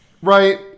Right